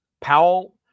Powell